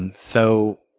and so